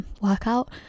workout